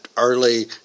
early